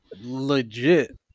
Legit